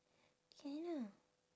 can ah